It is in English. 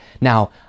now